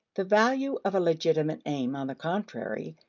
the value of a legitimate aim, on the contrary,